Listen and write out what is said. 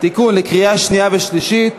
קריאה שנייה ושלישית.